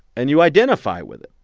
and you identify with it.